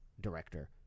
director